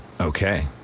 Okay